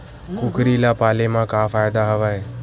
कुकरी ल पाले म का फ़ायदा हवय?